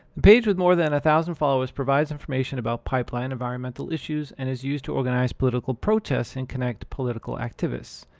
a page with more than a thousand followers provides information about pipeline environmental issues, and is used to organize political protests and connect political activists.